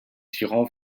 tirant